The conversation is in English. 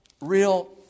Real